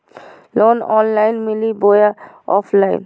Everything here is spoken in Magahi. लोन ऑनलाइन मिली बोया ऑफलाइन?